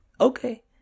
okay